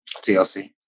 TLC